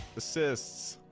assess